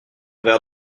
verre